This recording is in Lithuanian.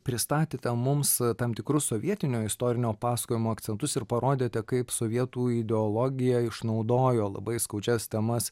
pristatėte mums tam tikrus sovietinio istorinio pasakojimo akcentus ir parodėte kaip sovietų ideologija išnaudojo labai skaudžias temas